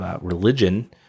religion